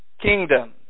kingdom